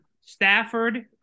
Stafford